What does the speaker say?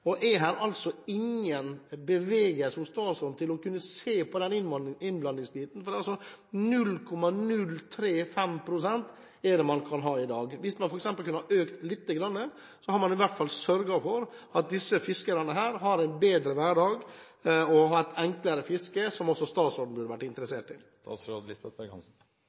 og spiser på lodden, særlig den store lodden. Er det ingen bevegelse hos statsråden i retning av å kunne se på den innblandingsbiten? Det er altså 0,035 pst. man kan ha i dag. Hvis man f.eks. kunne økt lite grann, ville man i hvert fall sørge for at disse fiskerne får en bedre hverdag og et enklere fiske, noe også statsråden burde være interessert i.